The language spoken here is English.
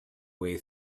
way